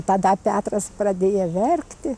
tada petras pradėjo verkti